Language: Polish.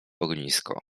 ognisko